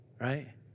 Right